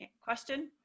question